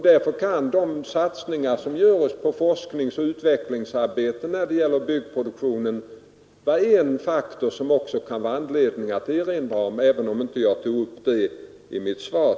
De satsningar som görs på forskningsoch utvecklingsarbete inom byggnadsproduktionen är därför en faktor som det kan finnas anledning att erinra om, även om jag inte tog upp detta i mitt svar.